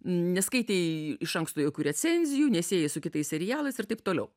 neskaitei iš anksto jokių recenzijų nesiejai su kitais serialais ir taip toliau